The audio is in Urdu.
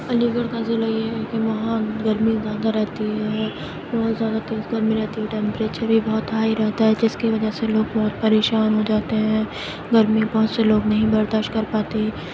علی گڑھ کا جو علاقہ ہے وہاں گرمی زیادہ رہتی ہے بہت زیادہ تیز گرمی رہتی ہے ٹیمپریچر بھی بہت ہائی رہتا ہے جس کی وجہ سے لوگ بہت پریشان ہو جاتے ہیں گرمی بہت سے لوگ نہیں برداشت کرپاتے ہیں